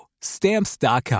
Stamps.com